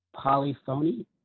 Polyphony